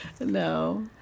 no